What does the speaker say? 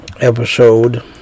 episode